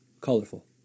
colorful